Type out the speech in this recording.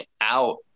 out